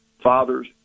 Fathers